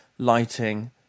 lighting